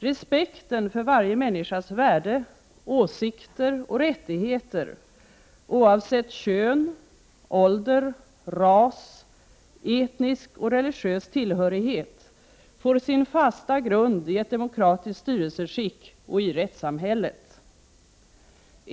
Respekten för varje människas värde, åsikter och rättigheter oavsett kön, ålder, ras, etnisk och religiös tillhörighet får sin fasta grund i ett demokratiskt styrelseskick och i rättssamhället.